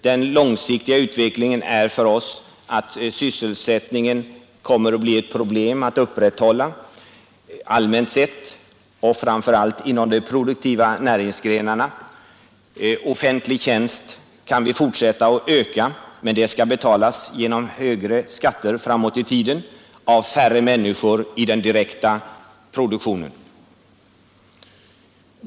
Den långsiktiga utvecklingen innebär för oss att sysselsättningen kommer att bli ett problem att upprätthålla, allmänt sett och framför allt inom de produktiva näringsgrenarna. Antalet offentliga tjänster kan vi fortsätta att öka, men de skall betalas genom högre skatter framåt i tiden och av färre människor i den direkta produktionen.